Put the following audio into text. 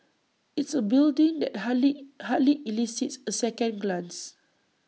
it's A building that hardly hardly elicits A second glance